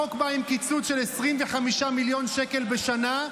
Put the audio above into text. החוק בא עם קיצוץ של 25 מיליון שקל בשנה,